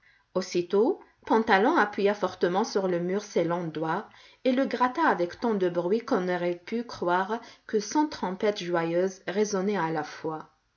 aussitôt pantalon appuya fortement sur le mur ses longs doigts et le gratta avec tant de bruit qu'on aurait pu croire que cent trompettes joyeuses résonnaient à la fois